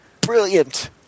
Brilliant